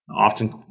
Often